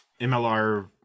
MLR